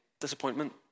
disappointment